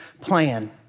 plan